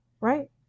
Right